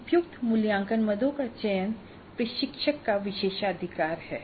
उपयुक्त मूल्यांकन मदों का चयन प्रशिक्षक का विशेषाधिकार है